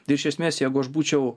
ir iš esmės jeigu aš būčiau